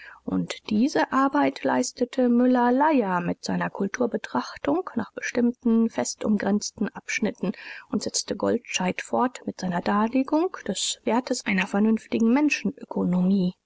und diese arbeit leistete müller-lyer mit seiner kulturbetrachtung nach bestimmten fest umgrenzten abschnitten und setzte goldscheid fort mit seiner darlegung des wertes einer vernünftigen